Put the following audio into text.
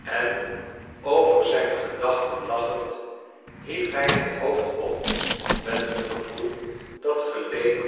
en over zijn gedachten lachend hief hij het hoofd op met een gevoel dat geleek